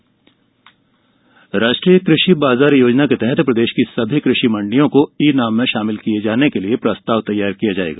ई मंडी राष्ट्रीय कृषि बाजार योजना के तहत प्रदेश की सभी कृषि मण्डियों को ई नाम में शामिल किये जाने के लिये प्रस्ताव तैयार किया जाएगा